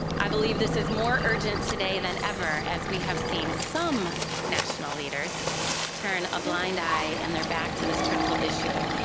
i believe this is more urgent today than ever, as we have seen some national leaders turn a blind eye and their back to this critical issue.